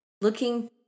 Looking